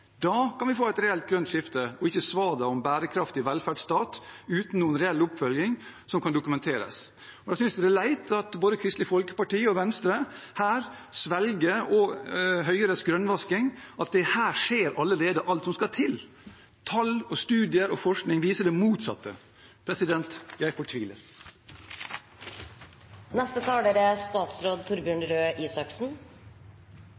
Da kan vi få et reelt grønt skifte, og ikke svada om en bærekraftig velferdsstat, uten noen reell oppfølging som kan dokumenteres. Da synes jeg det er leit at både Kristelig Folkeparti og Venstre i denne saken svelger Høyres grønnvasking om at alt som skal til, allerede skjer. Tall, studier og forskning viser det motsatte. Jeg fortviler! Vi får god anledning fremover til å diskutere offentlige anskaffelser mer. Det er